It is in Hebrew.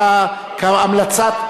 שהצעתך,